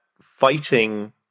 fighting